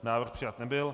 Návrh přijat nebyl.